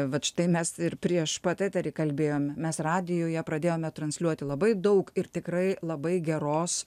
vat štai mes ir prieš pat eterį kalbėjom mes radijuje pradėjome transliuoti labai daug ir tikrai labai geros